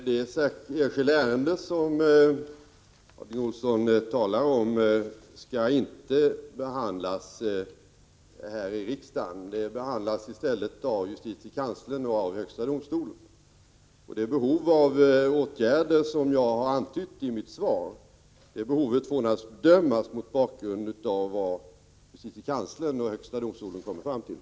Herr talman! Det enskilda ärende som Bengt Harding Olson talar om skall inte behandlas här i riksdagen. Det behandlas i stället av justitiekanslern och av högsta domstolen. Det behov av åtgärder som jag har antytt i mitt svar får naturligtvis bedömas mot bakgrund av vad justitiekanslern och högsta domstolen kommer fram till.